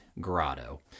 grotto